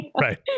Right